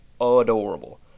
adorable